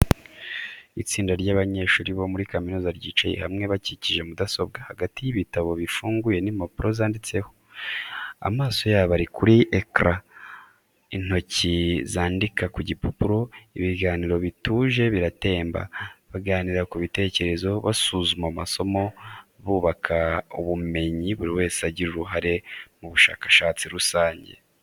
Itsinda ry’abanyeshuri bo muri kaminuza ryicaye hamwe bakikije mudasobwa, hagati y’ibitabo bifunguye n’impapuro zanditseho. Amaso yabo ari kuri ekara, intoki zandika ku gipapuro, ibiganiro bituje biratemba. Baganira ku bitekerezo, basuzuma amasomo, bubaka ubumenyi buri wese agira uruhare mu bushakashatsi rusange.